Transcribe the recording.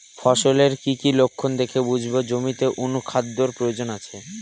ফসলের কি কি লক্ষণ দেখে বুঝব জমিতে অনুখাদ্যের প্রয়োজন আছে?